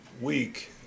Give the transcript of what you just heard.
week